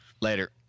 Later